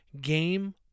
game